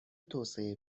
توسعه